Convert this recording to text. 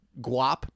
Guap